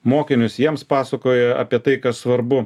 mokinius jiems pasakoji apie tai kas svarbu